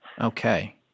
Okay